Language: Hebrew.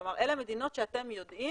כלומר, אלה מדינות שאתם יודעים